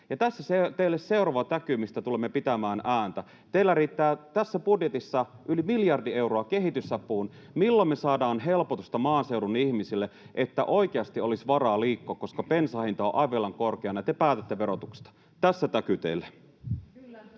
Tässä teille seuraava täky, mistä tulemme pitämään ääntä. Teillä riittää tässä budjetissa yli miljardi euroa kehitysapuun. Milloin me saadaan helpotusta maaseudun ihmisille niin, että oikeasti olisi varaa liikkua? Bensan hinta on aivan liian korkeana, ja te päätätte verotuksesta. Tässä täky teille.